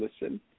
listen